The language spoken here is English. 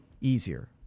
easier